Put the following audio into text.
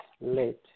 late